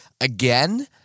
again